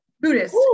buddhist